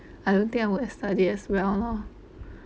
I don't think I would have studied as well lor